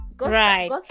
Right